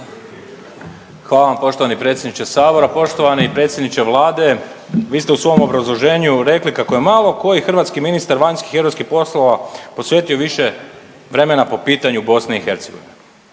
Hvala vam poštovani predsjedniče sabora. Poštovani predsjedniče vlade, vi ste u svom obrazloženju rekli kako je malo koji hrvatski ministar vanjskih i europskih poslova posvetio više vremena po pitanju BiH. To je